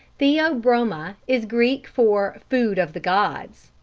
theo-broma is greek for food of the gods.